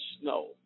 snow